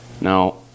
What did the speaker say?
now